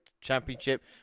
Championship